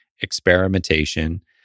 experimentation